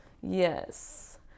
Yes